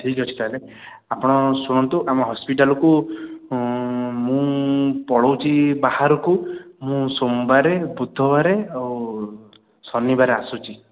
ଠିକ ଅଛି ତାହେଲେ ଆପଣ ଶୁଣନ୍ତୁ ଆମ ହସ୍ପିଟାଲକୁ ମୁଁ ପଳୋଉଛି ବାହାରକୁ ମୁଁ ସୋମବାର ବୁଧବାର ଆଉ ଶନିବାର ଆସୁଛି